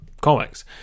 comics